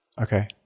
Okay